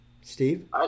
Steve